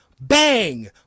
bang